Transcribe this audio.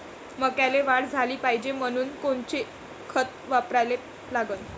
मक्याले वाढ झाली पाहिजे म्हनून कोनचे खतं वापराले लागन?